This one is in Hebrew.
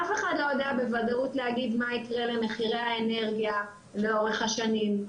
אף אחד לא יודע בוודאות להגיד מה יקרה למחירי האנרגיה לאורך השנים,